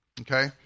okay